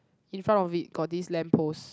in front of it got this lamp post